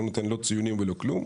לא נותן ציונים ולא כלום,